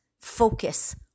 focus